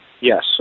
yes